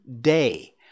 day